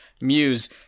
muse